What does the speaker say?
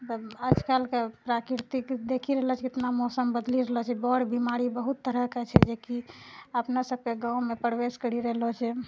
आज कलके प्राकृतिक देखि रहलो छै केतना मौसम बदली रहलो छै बर बीमारी बहुत तरहके छै जेकि अपनो सबके गाँवमे प्रवेश करि रहलो छै